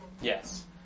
Yes